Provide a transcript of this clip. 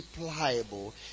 pliable